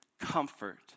comfort